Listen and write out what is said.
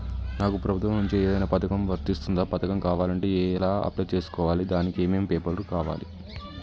నాకు ప్రభుత్వం నుంచి ఏదైనా పథకం వర్తిస్తుందా? పథకం కావాలంటే ఎలా అప్లై చేసుకోవాలి? దానికి ఏమేం పేపర్లు కావాలి?